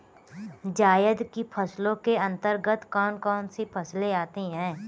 जायद की फसलों के अंतर्गत कौन कौन सी फसलें आती हैं?